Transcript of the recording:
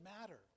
matter